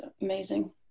amazing